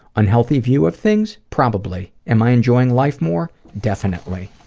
unhealthy view of things? probably. am i enjoying life more? definitely.